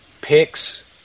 picks